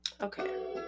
Okay